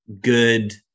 good